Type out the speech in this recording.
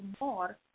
more